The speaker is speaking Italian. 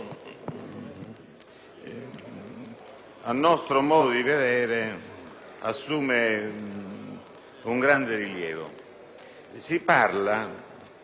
a nostro modo di vedere assume un grande rilievo. Si parla